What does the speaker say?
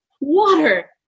water